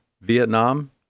Vietnam